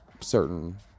certain